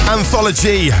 Anthology